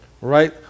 Right